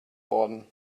worden